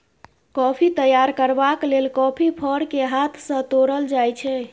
coffee तैयार करबाक लेल कॉफी फर केँ हाथ सँ तोरल जाइ छै